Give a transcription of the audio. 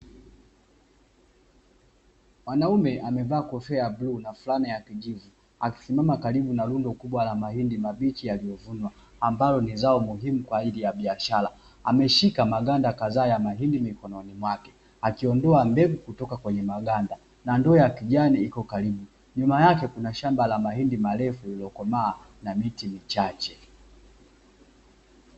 Mwanaume amevaa kofia ya bluu na fulana ya kijivu, akisimama karibu na rundo kubwa la mahindi mabichi yaliyovunwa, ambalo ni zao muhimu kwa ajili ya biashara. Ameshika maganda kadhaa ya mahindi mikononi mwake, akiondoa mbegu kutoka kwenye maganda, na ndoo ya kijani iko karibu. Nyuma yake kuna shamba la mahindi marefu lililokomaa, na miti michache.